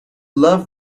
love